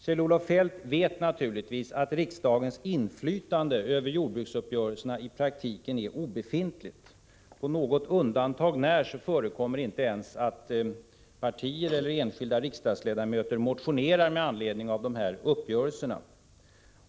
Kjell-Olof Feldt vet naturligtvis att riksdagens inflytande över jordbruksuppgörelserna i praktiken är obefintligt. På något undantag när förekommer det inte ens att partier eller enskilda riksdagsledamöter väcker motioner med anledning av jordbruksuppgörelserna.